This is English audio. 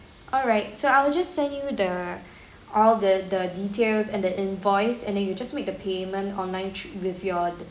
alright so I will just send you the all the the details and the invoice and then you just make the payment online with your